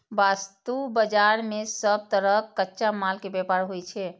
वस्तु बाजार मे सब तरहक कच्चा माल के व्यापार होइ छै